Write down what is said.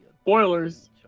Spoilers